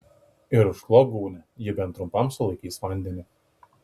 ir užklok gūnia ji bent trumpam sulaikys vandenį